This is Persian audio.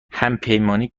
همپیمانی